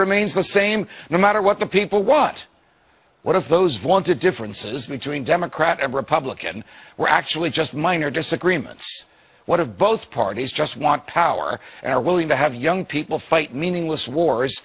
remains the same no matter what the people what what if those vaunted differences between democrat and republican were actually just minor disagreements what of both parties just want power and are willing to have young people fight meaningless wars